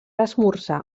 esmorzar